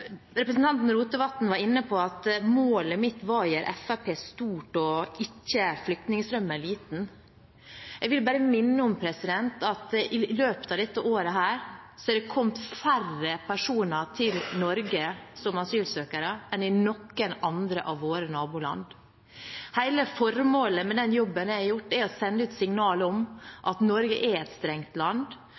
Representanten Rotevatn var inne på at målet mitt var å gjøre Fremskrittspartiet stort, ikke flyktningstrømmen liten. Jeg vil bare minne om at i løpet av dette året er det kommet færre personer til Norge som asylsøkere enn til noen av våre naboland. Hele formålet med den jobben jeg har gjort, er å sende ut signaler om at Norge er et strengt land,